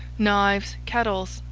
knives, kettles,